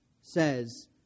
says